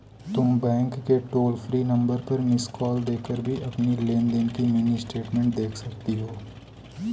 तुम बैंक के toll free number पर मिस्ड कॉल देकर भी अपनी लेन देन की मिनी स्टेटमेंट देख सकती हो